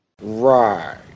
Right